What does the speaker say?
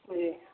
جی